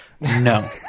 No